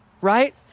right